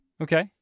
Okay